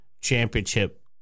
championship